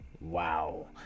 Wow